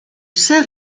saint